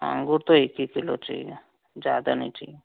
अंगूर तो एक ही किलो चाहिए ज़्यादा नहीं चाहिए